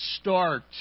start